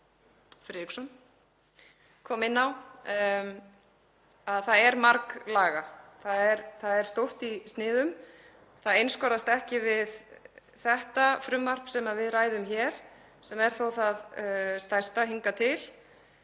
Friðriksson kom inn á er það marglaga og stórt í sniðum. Það einskorðast ekki við þetta frumvarp sem við ræðum hér, sem er þó það stærsta hingað til.